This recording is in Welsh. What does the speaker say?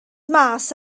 mas